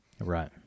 Right